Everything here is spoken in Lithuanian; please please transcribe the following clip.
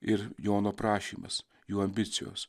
ir jono prašymas jų ambicijos